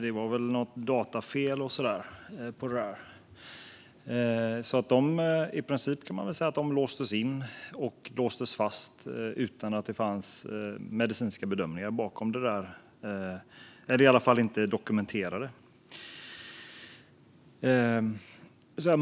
Det berodde kanske på något datafel. I princip kan man säga att dessa kvinnor låstes in och låstes fast utan att det fanns medicinska bedömningar för det. Det finns i alla fall inte dokumenterat.